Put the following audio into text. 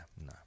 no